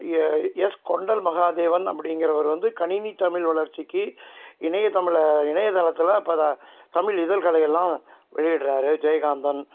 S Kondal Mahadevan அப்படிங்கிறவரு வந்து கணினி தமிழ் வளர்ச்சிக்கு இணைய தமிழை இணையத்தளத்தில் இப்போ அதை தமிழ் இதழ்களை எல்லாம் வெளியிடுகிறாரு ஜெயகாந்தன்